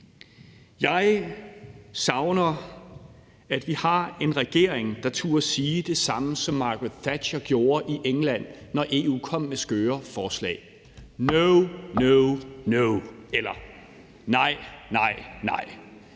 Jeg savner, at vi har en regering, der tør sige det samme, som Margaret Thatcher gjorde i England, når EU kommer med skøre forslag: No, no, no! Nej, nej, nej!